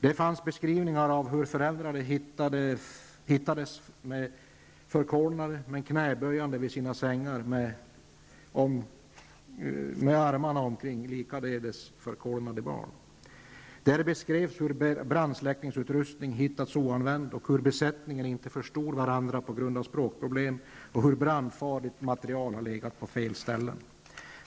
Där fanns beskrivningar av hur föräldrar hittades förkolnade knäböjande vid sina sängar med armarna om sina likaledes förkolnade barn. Där beskrevs hur brandsläckningsutrustning hittades oanvänd, hur besättningen inte förstod varandra på grund av språkproblem och hur brandfarligt material hade legat på fel ställen.